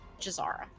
Jazara